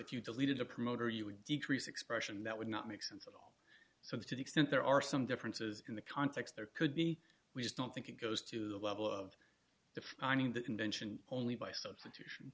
if you deleted a promoter you would decrease expression that would not make sense so to the extent there are some differences in the context there could be we just don't think it goes to the level of defining the invention only by substitution